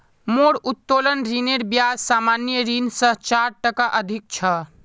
मोर उत्तोलन ऋनेर ब्याज सामान्य ऋण स चार टका अधिक छ